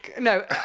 no